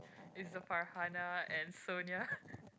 is the Farhana and Sonia